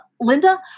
Linda